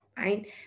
right